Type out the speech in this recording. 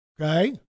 Okay